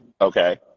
okay